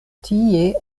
tie